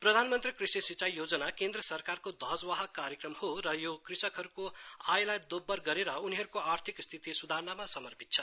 प्रधानमन्त्री कृषि सिंचाई योजना केन्द्र सरकारको ध्वजवाहक कार्यक्रम हो र यो कृषकहरूको आयलाई दोब्बर गरेर उनीहरूको आर्थिक स्थिति सुधार्नमा समर्पित छ